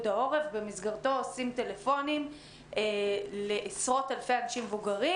העורף במסגרתו מתקשרים לעשרות אלפי אנשים מבוגרים,